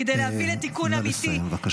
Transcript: כדי להביא לתיקון אמיתי -- נא לסיים, בבקשה.